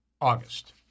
August